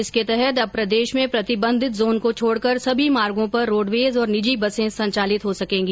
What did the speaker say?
इसके तहत अब प्रदेश में प्रतिबन्धित जोन को छोड़कर सभी मार्गों पर रोडवेज और निजी बसें संचालित हो सकेंगी